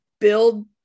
build